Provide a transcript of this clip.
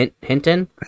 Hinton